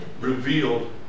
revealed